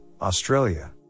Australia